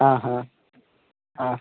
ಹಾಂ ಹಾಂ ಹಾಂ